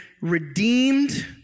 redeemed